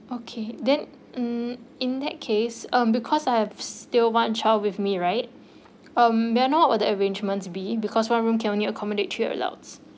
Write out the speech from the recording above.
okay then um in that case um because I am still one child with me right uh may I know what would the arrangements be because one room can only accommodate three adults